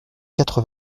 quatre